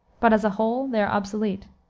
but, as a whole, they are obsolete.